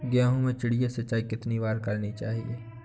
गेहूँ में चिड़िया सिंचाई कितनी बार करनी चाहिए?